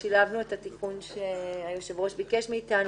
שילבנו את התיקון שהיושב-ראש ביקש מאיתנו.